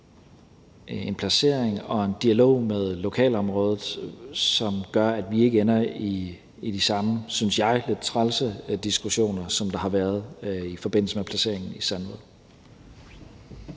en placering og en dialog med lokalområdet, som gør, at vi ikke ender i de samme, synes jeg, lidt trælse diskussioner, som der har været i forbindelse med placeringen i Sandvad.